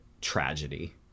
tragedy